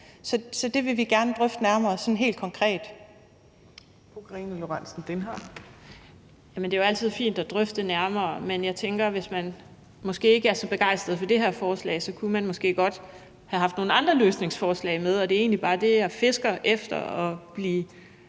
Kl. 18:37 Karina Lorentzen Dehnhardt (SF): Det er jo altid fint at drøfte det nærmere, men jeg tænker, at hvis man ikke er så begejstret for det her forslag, kunne man måske godt have haft nogle andre løsningsforslag med. Det er egentlig bare det, jeg fisker efter, altså